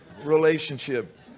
relationship